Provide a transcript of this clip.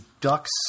Ducks